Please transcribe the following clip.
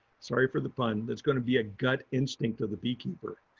sorry for the pun. that's going to be a gut instinct of the beekeeper.